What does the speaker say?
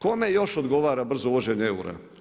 Kome još odgovara brzo uvođenje eura?